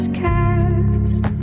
cast